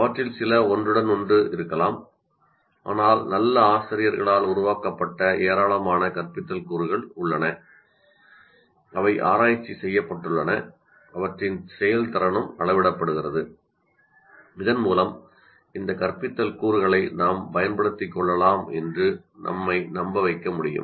அவற்றில் சில ஒன்றுடன் ஒன்று இருக்கலாம் ஆனால் நல்ல ஆசிரியர்களால் உருவாக்கப்பட்ட ஏராளமான கற்பித்தல் கூறுகள் உள்ளன அவை ஆராய்ச்சி செய்யப்பட்டுள்ளன அவற்றின் செயல்திறனும் அளவிடப்படுகிறது இதன்மூலம் இந்த கற்பித்தல் கூறுகளை நாம் பயன்படுத்திக் கொள்ளலாம் என்று நம்மை நம்ப வைக்க முடியும்